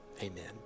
amen